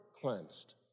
cleansed